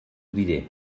diré